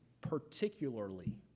particularly